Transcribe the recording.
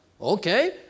Okay